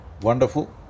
Wonderful